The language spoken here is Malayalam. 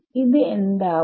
ഇത് എന്താവും